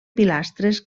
pilastres